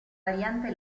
variante